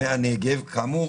בוטלו?